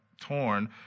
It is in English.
torn